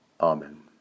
Amen